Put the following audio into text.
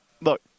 look